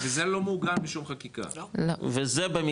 וזה לא מעוגן בשום חקיקה?